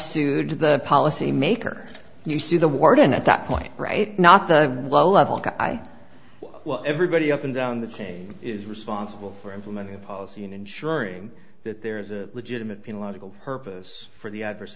sued to the policy maker you see the warden at that point right not the low level guy well everybody up and down the team is responsible for implementing the policy and ensuring that there is a legitimate political purpose for the adverse